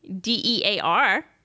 D-E-A-R